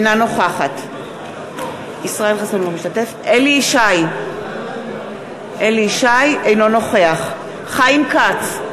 אינה נוכחת אליהו ישי, אינו נוכח חיים כץ,